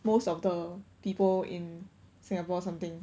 most of the people in singapore or something